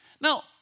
Now